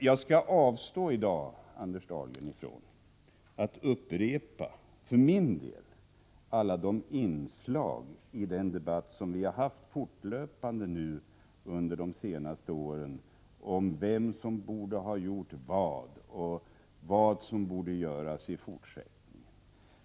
Jag avstår, Anders Dahlgren, i dag från att för min del upprepa alla de inslag i de debatter som vi fortlöpande haft under de senaste åren om vem som borde ha gjort vad och vad som borde göras i fortsättningen.